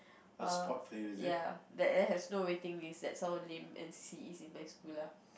err ya that has no waiting list that's how lame and see easy in my school lah